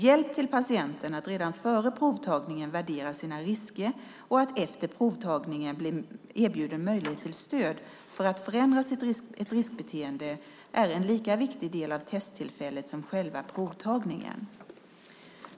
Hjälp till patienten att redan före provtagningen värdera sina risker och att efter provtagningen bli erbjuden möjlighet till stöd för att förändra ett riskbeteende är en lika viktig del av testtillfället som själva provtagningen.